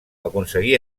aconseguí